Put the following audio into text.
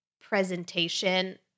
presentation